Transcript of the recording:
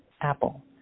Apple